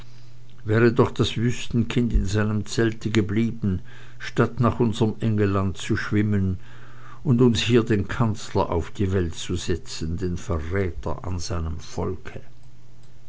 wäre doch das wüstenkind in seinem zelte geblieben statt nach unserm engelland zu schwimmen und uns hier den kanzler auf die welt zu setzen den verräter an seinem volke